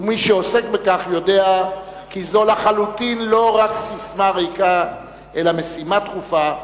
ומי שעוסק בכך יודע כי זו לחלוטין לא רק ססמה ריקה אלא משימה דחופה,